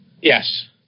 Yes